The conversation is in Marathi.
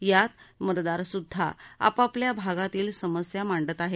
यात मतदार सुद्धा आपापल्या भागातील समस्या मांडत आहेत